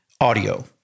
audio